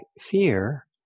fear